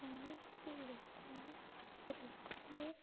କୌଣସି ଲୋକ ରୋଗରେ